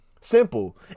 Simple